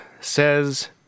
says